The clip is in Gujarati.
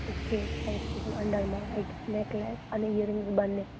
ઓકે ફાઇવ થાઉજન અંડરમાં રાઇટ નેકલેસ અને ઈરીંગ્સ બંને